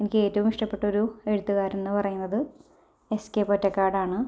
എനിക്ക് ഏറ്റവും ഇഷ്ടപ്പെട്ട ഒരു എഴുത്തുകാരൻ എന്ന് പറയുന്നത് എസ് കെ പൊറ്റക്കാടാണ്